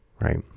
right